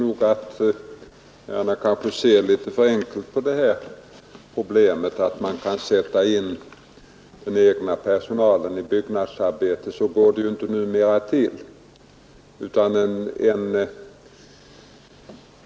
Fru talman! Herrarna ser nog litet för enkelt på detta problem när ni tror att man kan sätta in den egna personalen i byggnadsarbetet — så går vicelokaler på likartade villkor som det inte till numera.